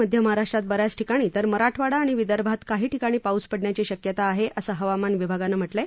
मध्य महाराष्ट्रात ब याच ठिकाणी तर मराठवाडा आणि विदर्भात काही ठिकाणी पाऊस पडण्याची शक्यता आहे असं हवामान विभागानं म्हटलं आहे